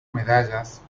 medallas